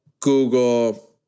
Google